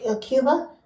Cuba